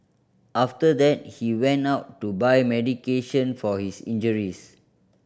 after that he went out to buy medication for his injuries